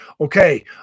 Okay